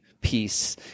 peace